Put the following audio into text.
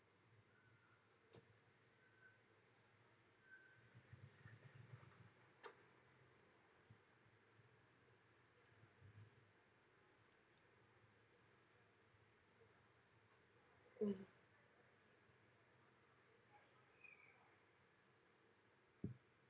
mm